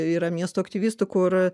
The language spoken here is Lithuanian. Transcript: yra miesto aktyvistų kur